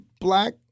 black